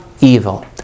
evil